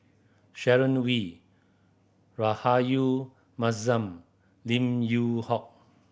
Sharon Wee Rahayu Mahzam Lim Yew Hock